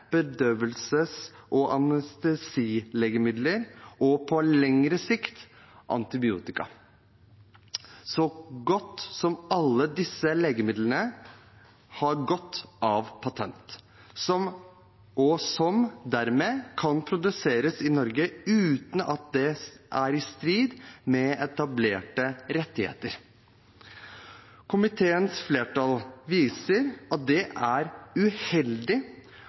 og anestesilegemidler, og på lengre sikt antibiotika. Så godt som alle disse legemidlene har gått ut av patent og kan dermed produseres i Norge uten at det er i strid med etablerte rettigheter. Komiteens flertall viser til at det er uheldig